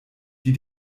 die